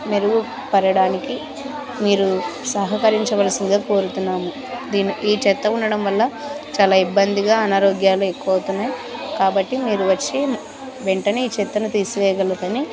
మెరుగు పరచడానికి మీరు సహకరించవలసగా కోరుతున్నాము దీన్ని ఈ చెత్త ఉండడం వల్ల చాలా ఇబ్బందిగా అనారోగ్యాలు ఎక్కువ అవుతున్నాయి కాబట్టి మీరు వచ్చి వెంటనే ఈ చెత్తను తీసివేగలరని